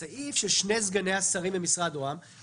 הסעיף על שני סגני השרים במשרד ראש הממשלה